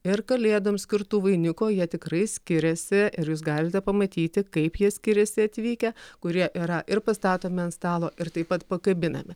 ir kalėdoms skirtų vainikų o jie tikrai skiriasi ir jūs galite pamatyti kaip jie skiriasi atvykę kurie yra ir pastatomi ant stalo ir taip pat pakabinami